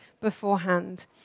beforehand